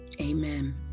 amen